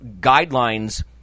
guidelines